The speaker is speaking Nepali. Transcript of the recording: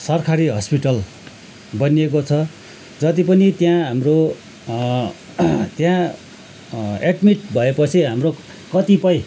सरकारी हस्पिटल बनिएको छ जतिपनि त्यहाँ हाम्रो एड्मिट भएपछि हाम्रो कतिपय